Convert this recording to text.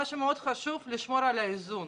מה שמאוד חשוב, לשמור על האיזון.